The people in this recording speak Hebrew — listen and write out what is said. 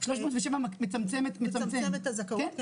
-- 307 מצמצם ---- מצמצם את הזכאות.